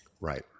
Right